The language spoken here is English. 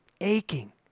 Aching